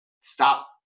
Stop